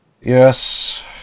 Yes